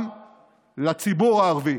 גם לציבור הערבי,